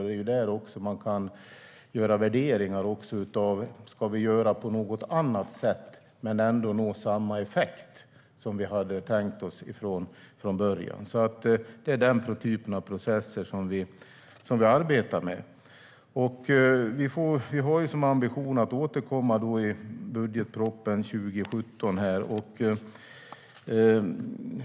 Det är också där man kan göra värderingar och fråga sig om man ska göra på något annat sätt och ändå kunna nå samma effekt som man hade tänkt sig från början. Det är denna typ av processer som vi arbetar med. Vi har som ambition att återkomma i budgetpropositionen 2017.